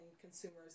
consumers